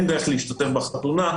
אין דרך להשתתף בחתונה,